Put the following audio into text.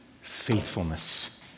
faithfulness